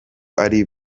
ari